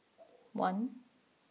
one